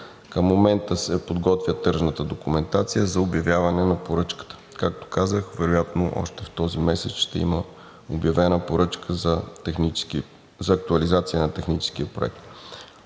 Към момента се подготвя тръжната документация за обявяване на поръчката. Както казах, вероятно още този месец ще има обявена поръчка за актуализация на техническия проект.